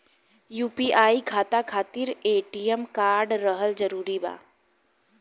UPI खाता खातिर ATM card रहल जरूरी बा?